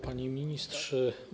Pani Ministrze!